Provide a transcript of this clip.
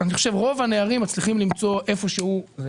רוב הנערים מצליחים למצוא איפשהו מענה.